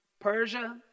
Persia